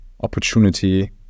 opportunity